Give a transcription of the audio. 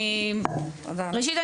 ראשית,